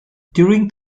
during